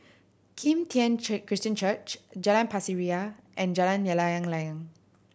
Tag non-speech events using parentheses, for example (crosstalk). Kim Tian (unintelligible) Christian Church Jalan Pasir Ria and Jalan Layang Layang